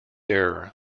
error